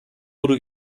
wurde